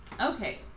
Okay